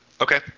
Okay